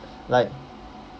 like